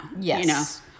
Yes